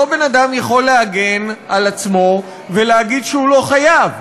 אותו בן-אדם יכול להגן על עצמו ולהגיד שהוא לא חייב,